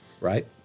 right